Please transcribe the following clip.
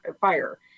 fire